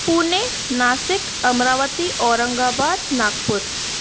Pune Nashik Amravati Aurangabad Nagpur